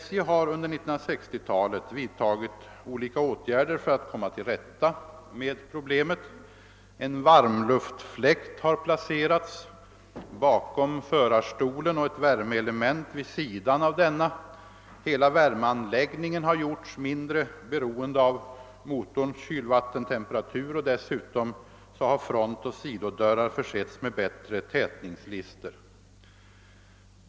SJ har under 1960-talet vidtagit olika åtgärder för att komma till rätta med problemet. En varmluftsfläkt har placerats bakom förarstolen och ett värmeelement vid sidan av denna. Hela värmeanläggningen har gjorts mindre beroende av motorns kylvattentemperatur. Dessutom har frontoch sidodörrar försetts med bättre tätningslister.